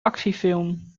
actiefilm